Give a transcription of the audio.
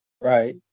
Right